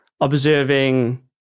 observing